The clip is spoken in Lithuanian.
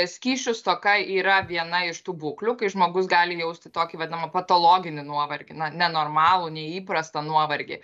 skysčių stoka yra viena iš tų būklių kai žmogus gali jausti tokį vadinamą patologinį nuovargį na nenormalų neįprastą nuovargį